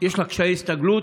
יש לה קשיי הסתגלות.